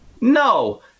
No